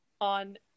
on